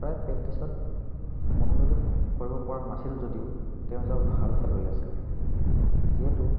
প্ৰায় প্ৰেক্টিছত মনোনিৱেশ কৰিব পৰা নাছিল যদিও তেওঁ এজন ভাল খেলুৱৈ আছিল যিহেতু